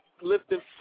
lifting